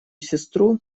сестру